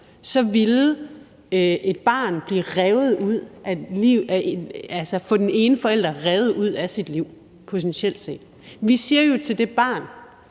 set ville få den ene forælder revet ud af sit liv. Vi siger jo til det barn: